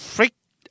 Freaked